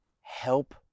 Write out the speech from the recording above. help